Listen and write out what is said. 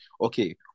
Okay